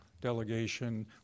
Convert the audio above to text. delegation